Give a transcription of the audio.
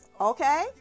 okay